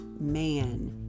man